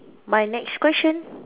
my next question